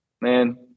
man –